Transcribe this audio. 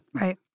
Right